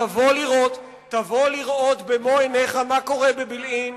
תבוא לראות במו-עיניך מה קורה בבילעין,